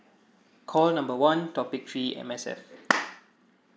caller number one topic three M_S_F